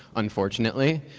unfortunately,